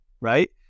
right